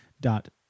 dot